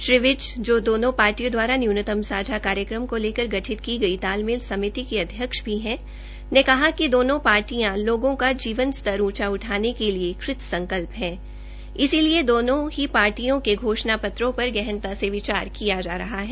श्री विज जो दोनों पार्टियो द्वारा न्यूनतम सांझा कार्यक्रम को लकर गठित की गई तालमेल समिति के अध्यक्ष भी है ने कहा कि दोनों पार्टियां लोगों के जीवन स्तर ऊंचा उठाने के लिए कृत संकल्प है इसलिए दोनों ही पार्टियो के घोषणा पत्रों पर गहनता से विचार किया जा रहा है